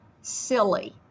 silly